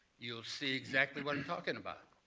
you'll see exactly what i'm talking about.